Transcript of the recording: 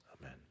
Amen